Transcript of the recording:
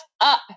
up